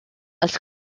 als